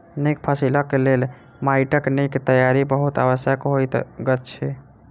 नीक फसिलक लेल माइटक नीक तैयारी बहुत आवश्यक होइत अछि